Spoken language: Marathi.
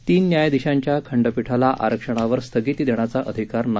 तीन न्यायधीशांच्या खंडपीठाला आरक्षणावर स्थगिती देण्याचा अधिकार नाही